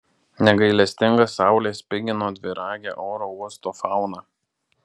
negailestinga saulė spigino dviragę oro uosto fauną